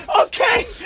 okay